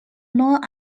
known